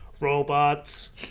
robots